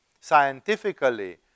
scientifically